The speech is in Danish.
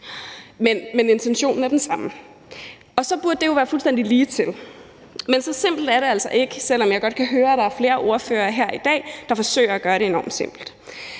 Men intentionen var den samme. Og så burde det jo være fuldstændig lige til; men så simpelt er det altså ikke, selv om jeg godt kan høre, at der er flere ordførere her i dag, der forsøger at gøre det enormt simpelt.